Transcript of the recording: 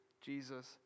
Jesus